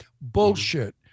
bullshit